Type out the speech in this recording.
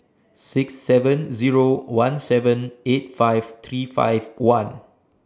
six seven Zero one seven eight five three five one